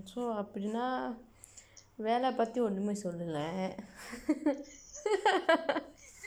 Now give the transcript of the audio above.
so அப்புடினா வேலை பத்தி ஒன்னுமே சொல்லல:appudinaa veelai paththi onnumee sollala